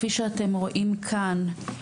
כפי שאתם רואים כאן,